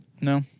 No